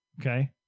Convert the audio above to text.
Okay